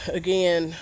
again